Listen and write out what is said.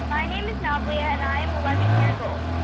my name is novalea, and i am eleven years old.